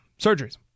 surgeries